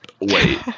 Wait